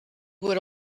would